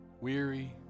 Weary